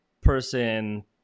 person